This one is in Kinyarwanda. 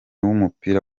w’umupira